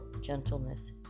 gentleness